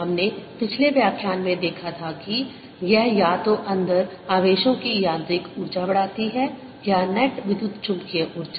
हमने पिछले व्याख्यान में देखा था कि यह या तो अंदर आवेशों की यांत्रिक ऊर्जा बढ़ाती है या नेट विद्युतचुम्बकीय ऊर्जा